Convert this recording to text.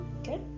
okay